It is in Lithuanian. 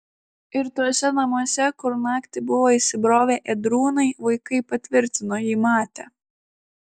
ir tuose namuose kur naktį buvo įsibrovę ėdrūnai vaikai patvirtino jį matę